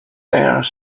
dare